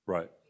Right